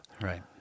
Right